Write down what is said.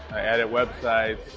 i edit websites.